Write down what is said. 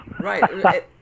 Right